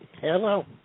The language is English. Hello